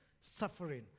suffering